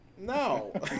No